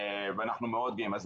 ואנחנו מאוד גאים בזה.